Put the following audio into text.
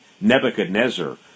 Nebuchadnezzar